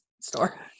store